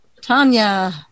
Tanya